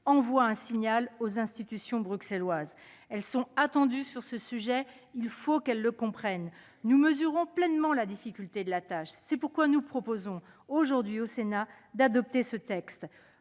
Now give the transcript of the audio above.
d'envoyer un signal aux institutions bruxelloises. Ces dernières sont attendues sur ce sujet ; il faut qu'elles le comprennent ! Nous mesurons pleinement la difficulté de la tâche. C'est pourquoi nous proposons aujourd'hui à la Haute Assemblée d'adopter ce texte.